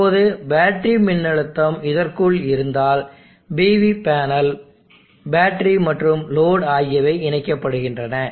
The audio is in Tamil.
இப்போது பேட்டரி மின்னழுத்தம் இதற்குள் இருந்தால் PV பேனல் பேட்டரி மற்றும் லோடு ஆகியவை இணைக்கப்படுகின்றன